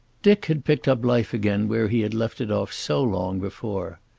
dick had picked up life again where he had left it off so long before.